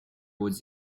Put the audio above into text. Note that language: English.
woods